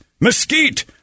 Mesquite